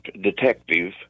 detective